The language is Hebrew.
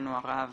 לצערנו הרב